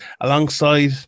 alongside